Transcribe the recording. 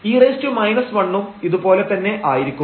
e 1 ഉം ഇതുപോലെ തന്നെ ആയിരിക്കും